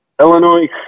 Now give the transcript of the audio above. Illinois